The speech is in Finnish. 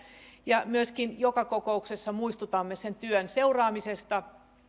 ja myöskin joka kokouksessa muistutamme sen työn seuraamisesta